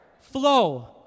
flow